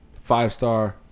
five-star